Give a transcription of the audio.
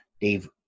Dave